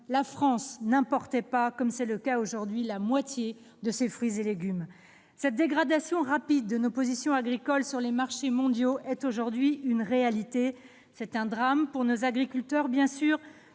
la France n'importait pas, comme c'est le cas aujourd'hui, la moitié de ses fruits et légumes ! Cette dégradation rapide de nos positions agricoles sur les marchés mondiaux est aujourd'hui une réalité. C'est un drame pour nos agriculteurs bien sûr,